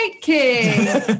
king